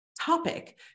topic